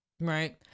Right